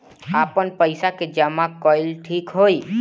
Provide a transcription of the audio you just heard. आपन पईसा के जमा कईल ठीक होई?